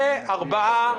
זה 4,